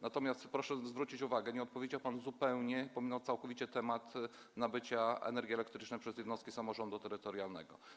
Natomiast, proszę zwrócić uwagę, nie odpowiedział pan zupełnie, pominął pan całkowicie temat nabycia energii elektrycznej przez jednostki samorządu terytorialnego.